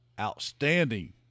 outstanding